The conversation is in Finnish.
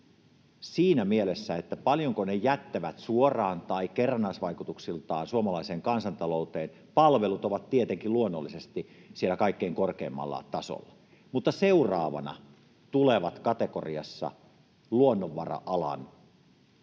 siinä mielessä, paljonko ne jättävät suoraan tai kerrannaisvaikutuksiltaan suomalaiseen kansantalouteen, palvelut ovat tietenkin luonnollisesti siellä kaikkein korkeimmalla tasolla, mutta seuraavana kategoriassa tulevat luonnonvara-alan toiminnot: